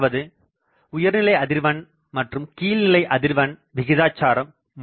அதாவது உயர்நிலை அதிர்வெண் மற்றும் கீழ்நிலை அதிர்வெண் விகிதாச்சாரம் 3